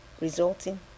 resulting